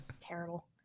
terrible